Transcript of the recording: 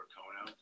Kono